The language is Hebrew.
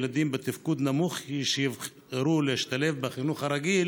ילדים בתפקוד נמוך שיבחרו להשתלב בחינוך הרגיל